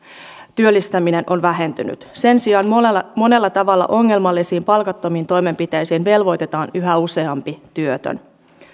työllistäminen on vähentynyt sen sijaan monella monella tavalla ongelmallisiin palkattomiin toimenpiteisiin velvoitetaan yhä useampi työtön